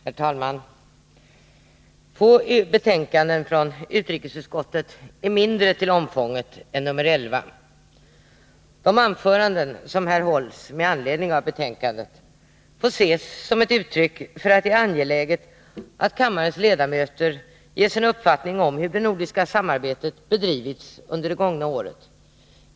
Herr talman! Få betänkanden från utrikesutskottet är mindre till omfånget än nr 11. De anföranden som här hålls med anledning av betänkandet får ses som uttryck för att det är angeläget att kammarens ledamöter ges en uppfattning om hur det nordiska samarbetet bedrivits under det gångna året.